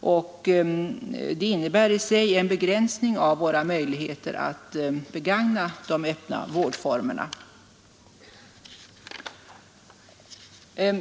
Detta innebär i sig en begränsning av våra möjligheter att begagna de öppna vårdformerna.